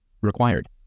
required